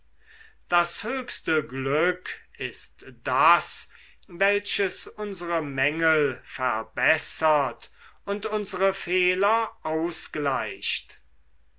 das höchste glück ist das welches unsere mängel verbessert und unsere fehler ausgleicht